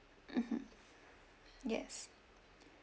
mmhmm yes